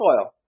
soil